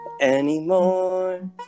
anymore